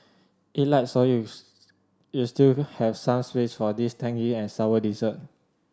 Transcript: eat light so you you still have some space for this tangy and sour dessert